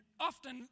often